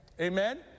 Amen